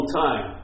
time